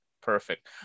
perfect